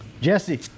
Jesse